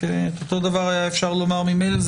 הנושא של הממונה הוא